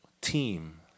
team